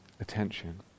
attention